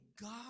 God